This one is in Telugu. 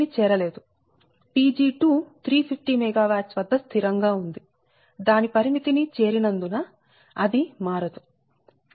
Pg2 350 MW వద్ద స్థిరం గా ఉంది దాని పరిమితి ని చేరినందున అది మారదు మరియు Pg3122